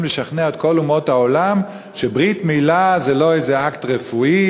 לשכנע את כל אומות העולם שברית-מילה זה לא איזה אקט רפואי,